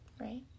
Right